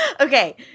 Okay